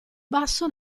basso